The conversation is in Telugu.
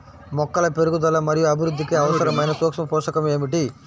మొక్కల పెరుగుదల మరియు అభివృద్ధికి అవసరమైన సూక్ష్మ పోషకం ఏమిటి?